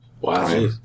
Wow